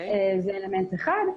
זה אלמנט אחד.